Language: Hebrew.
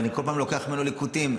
ואני כל פעם לוקח ממנו ליקוטים.